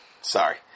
Sorry